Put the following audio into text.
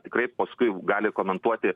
tikrai paskui gali komentuoti